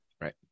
Right